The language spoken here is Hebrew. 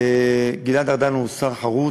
גלעד ארדן הוא שר חרוץ.